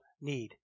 need